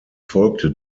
folgte